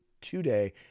today